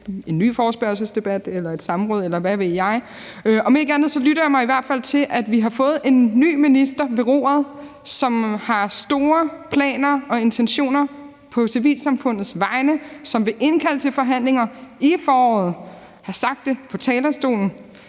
en ny forespørgselsdebat, et samråd, eller hvad ved jeg. Om ikke andet lytter jeg mig i hvert fald til, at vi har fået en ny minister ved roret, som har store planer og intentioner på civilsamfundets vegne, som vil indkalde til forhandlinger i foråret, som har sagt det på talerstolen,